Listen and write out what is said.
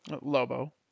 Lobo